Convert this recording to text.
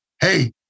Hey